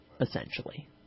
essentially